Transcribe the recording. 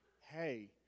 hey